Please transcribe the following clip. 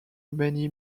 many